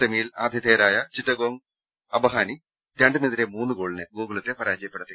സെമിയിൽ ആതിഥേയരായ ചിറ്റഗോംഗ് അബഹാനി രണ്ടിനെതിരെ ്മൂന്ന് ഗോളിന് ഗോകുലത്തെ പരാജയപ്പെടുത്തി